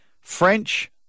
French